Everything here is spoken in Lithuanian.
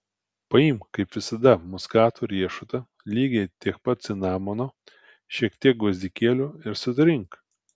paimk kaip visada muskato riešutą lygiai tiek pat cinamono šiek tiek gvazdikėlio ir sutrink